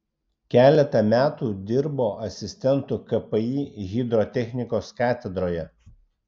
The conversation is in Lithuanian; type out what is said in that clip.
keletą metų dirbo asistentu kpi hidrotechnikos katedroje